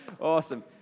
awesome